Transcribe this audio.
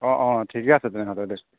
অঁ অঁ ঠিকে আছে তেনেহ'লে দে